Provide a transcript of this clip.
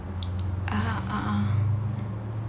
ah uh uh